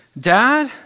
Dad